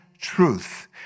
truth